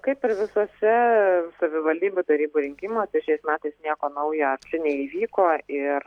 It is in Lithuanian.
kaip ir visuose savivaldybių tarybų rinkimuose šiais metais nieko naujo neįvyko ir